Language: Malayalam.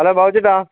ഹലോ ബാബു ചേട്ടാ